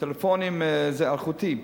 טלפונים אלחוטיים.